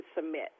submit